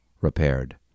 repaired